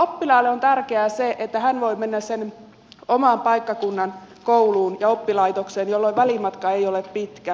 oppilaalle on tärkeää se että hän voi mennä sen oman paikkakunnan kouluun ja oppilaitokseen jolloin välimatka ei ole pitkä